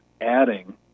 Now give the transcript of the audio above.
adding